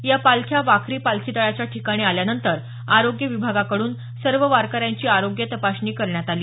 या पालख्या वाखरी पालखी तळाच्या ठिकाणी आल्यानंतर आरोग्य विभागाकडून सर्व वारकऱ्यांची आरोग्य तपासणी करण्यात आली